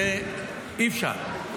אי-אפשר,